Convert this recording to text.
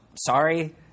sorry